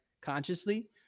consciously